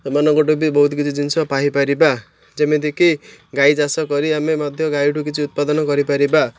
ସେମାନଙ୍କଠୁ ବି ବହୁତ କିଛି ଜିନିଷ ପାଇପାରିବା ଯେମିତିକି ଗାଈ ଚାଷ କରି ଆମେ ମଧ୍ୟ ଗାଈଠୁ କିଛି ଉତ୍ପାଦନ କରିପାରିବା